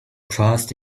trust